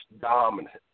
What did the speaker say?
dominant